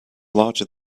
larger